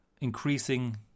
increasing